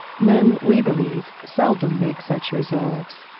men we believe seldom make such resolve.